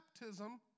baptism